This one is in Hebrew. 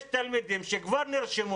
יש תלמידים שכבר נרשמו.